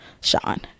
Sean